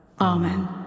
Amen